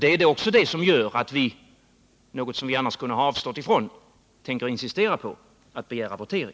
Det är också det som gör att vi tänker insistera på votering i denna fråga, något som vi annars kunde ha avstått från.